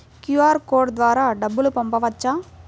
QR code ద్వారా డబ్బులు పంపవచ్చా?